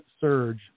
surge